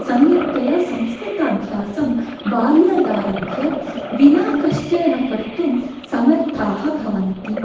सम्यक्तया संस्कृताभ्यासं बाल्यादारभ्य विनाकष्टेन कर्तुं समर्थाः भवन्ति